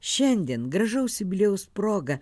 šiandien gražaus jubiliejaus proga